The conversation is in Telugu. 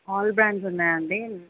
ఆల్ బ్రాండ్స్ ఉన్నాయండి